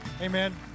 Amen